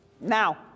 now